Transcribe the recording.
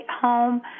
home